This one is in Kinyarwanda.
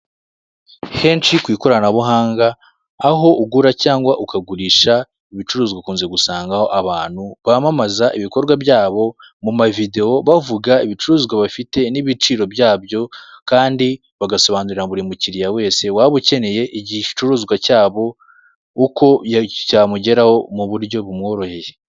Henshi ku ikoranabuhanga aho ugura cyangwa ukagurisha ibicuruzwa ukunze gusanga, aho abantu bamamaza ibikorwa byabo mu mavidewo, bavuga ibicuruzwa bafite n'ibiciro byabyo kandi bagasobanurira buri mukiriya wese waba ukeneye igihe igicuruzwa cyabo uko cyamugeraho mu buryo bumworoheye.